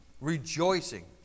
rejoicing